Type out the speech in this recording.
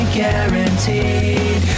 guaranteed